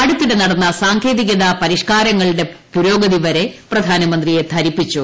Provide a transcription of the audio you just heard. അടുത്തിടെ നടന്ന സാങ്കേതികതാ പരിഷ്കാരങ്ങളുടെ പുരോഗതി വരെ പ്രധാനമന്ത്രിയെ ധരിപ്പിച്ചു